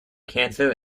cancer